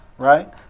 Right